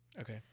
Okay